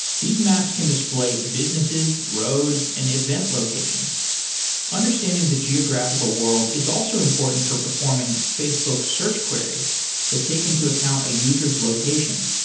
these maps can display businesses, roads and event-locations. understanding the geographical world is also important for performing facebook search queries that take into account a user s location.